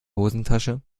hosentasche